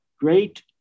great